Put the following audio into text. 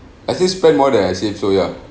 I still spend more than I save so ya